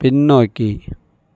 பின்னோக்கி